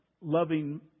loving